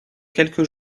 quelques